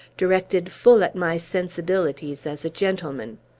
directed full at my sensibilities as a gentleman.